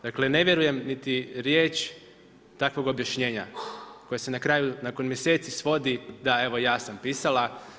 Dakle, ne vjerujem niti riječ takvog objašnjenja koje se na kraju, nakon mjeseci svodi da evo ja sam pisala.